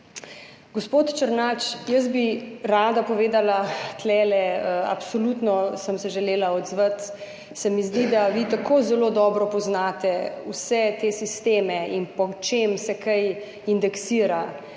Gospod Černač, jaz bi rada povedala, tukaj sem se absolutno želela odzvati, zdi se mi, da vi tako zelo dobro poznate vse te sisteme in po čem se kaj indeksira,